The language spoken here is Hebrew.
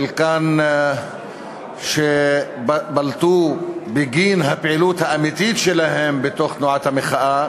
חלקן בלטו בגין הפעילות האמיתית שלהן בתוך תנועת המחאה